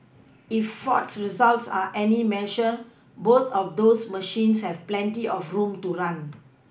if ford's results are any measure both of those machines have plenty of room to run